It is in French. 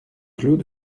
claux